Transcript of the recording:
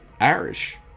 Irish